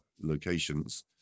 locations